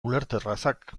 ulerterrazak